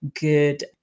good